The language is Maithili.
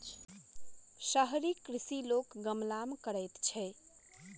शहरी कृषि लोक गमला मे करैत छै